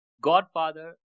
Godfather